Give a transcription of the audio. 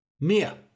Mia